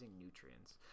nutrients